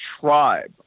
tribe